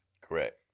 correct